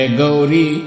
Gauri